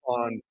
on